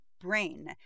brain